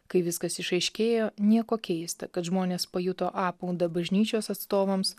kai viskas išaiškėjo nieko keista kad žmonės pajuto apmaudą bažnyčios atstovams